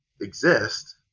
exist